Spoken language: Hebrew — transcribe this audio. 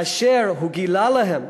כאשר הוא גילה להם